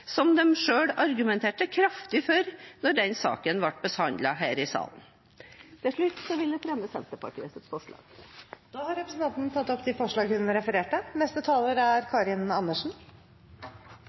som de selv argumenterte kraftig for da den saken ble behandlet her i salen? Til slutt vil jeg ta opp Senterpartiet og SVs forslag. Representanten Heidi Greni har tatt opp det forslaget hun refererte